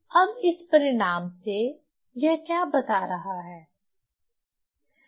अब इस परिणाम से यह क्या बता रहा है